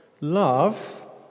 love